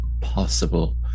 possible